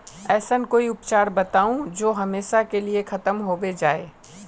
ऐसन कोई उपचार बताऊं जो हमेशा के लिए खत्म होबे जाए?